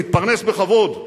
להתפרנס בכבוד,